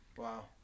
Wow